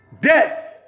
death